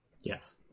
Yes